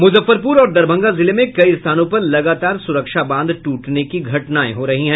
मुजफ्फरपुर और दरभंगा जिले में कई स्थानों पर लगातार सुरक्षा बांध टूटने की घटनाए हो रही है